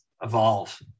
evolve